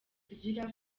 tugira